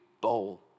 bowl